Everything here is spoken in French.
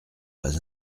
pas